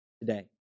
Today